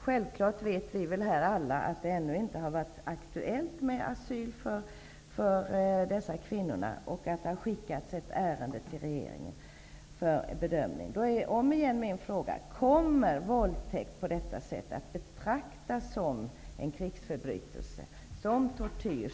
Självfallet vet vi alla här att det ännu inte har varit aktuellt med asyl för dessa kvinnor och att ett ärende har skickats till regeringen för bedömning. Jag undrar återigen: Kommer våldtäkt på detta sätt att betraktas som krigsförbrytelse och tortyr?